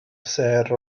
sêr